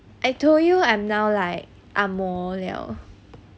I told you I am now like angmoh liao